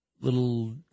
little